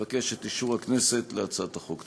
אני מבקש את אישור הכנסת להצעת החוק.